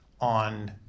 on